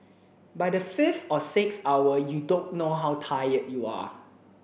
by the fifth or sixth hour you don't know how tired you are